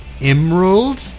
Emerald